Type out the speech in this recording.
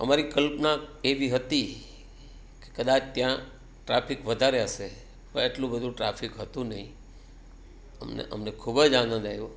અમારી કલ્પના એવી હતી કે કદાચ ત્યાં ટ્રાફિક વધારે હશે પણ એટલો બધો ટ્રાફિક હતો નહીં અમને અમને ખૂબ જ આનંદ આવ્યો